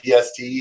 PST